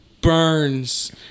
Burns